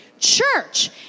church